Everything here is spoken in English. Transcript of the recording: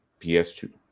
PS2